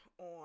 on